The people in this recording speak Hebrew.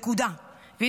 נקודה.